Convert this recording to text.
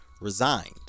resigned